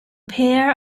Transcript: pair